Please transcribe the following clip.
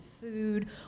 food